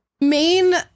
Main